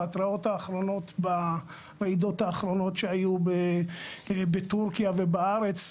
בהתרעות האחרונות ברעידות האחרונות שהיו בטורקיה ובארץ,